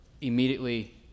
immediately